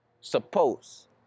Suppose